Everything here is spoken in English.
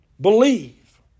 Believe